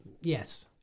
Yes